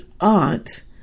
aunt